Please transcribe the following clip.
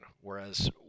whereas